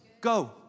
go